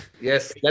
Yes